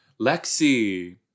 Lexi